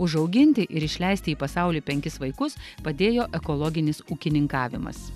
užauginti ir išleisti į pasaulį penkis vaikus padėjo ekologinis ūkininkavimas